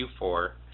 Q4